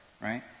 right